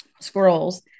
scrolls